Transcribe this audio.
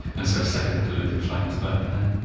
and so a second olympic flame was burning there.